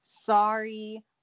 Sorry